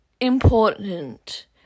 important